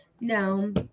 no